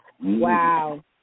Wow